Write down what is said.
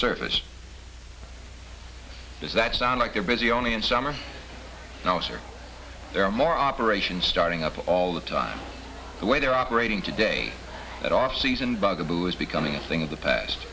surface does that sound like they're busy only in summer house or there are more operations starting up all the time the way they're operating today that offseason bugaboo is becoming a thing of the past